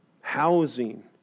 Housing